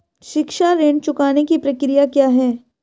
शिक्षा ऋण चुकाने की प्रक्रिया क्या है?